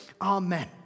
Amen